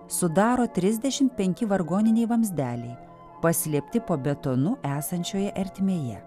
sudaro trisdešimt penki vargoniniai vamzdeliai paslėpti po betonu esančioje ertmėje